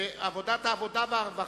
אני קובע שדין רציפות יחול על הצעת